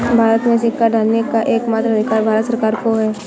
भारत में सिक्का ढालने का एकमात्र अधिकार भारत सरकार को है